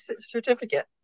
certificate